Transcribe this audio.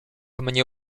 mnie